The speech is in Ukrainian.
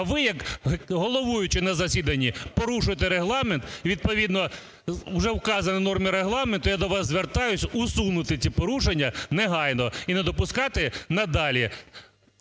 А ви як головуючий на засіданні порушуєте Регламент і, відповідно, уже вказані норми Регламенту. Я до вас звертаюся, усунути ці порушення негайно і не допускати надалі,